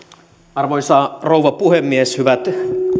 arvoisa rouva puhemies hyvät